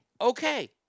Okay